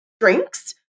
drinks